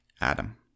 Adam